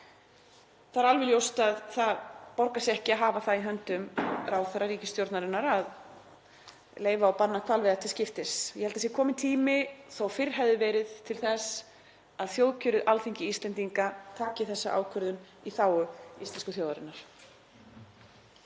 Það er alveg ljóst að það borgar sig ekki hafa það í höndum ráðherra ríkisstjórnarinnar að leyfa og banna hvalveiðar til skiptis. Ég held að kominn sé tími, þótt fyrr hefði verið, til þess að þjóðkjörið Alþingi Íslendinga taki þessa ákvörðun í þágu íslensku þjóðarinnar.